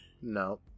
No